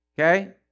Okay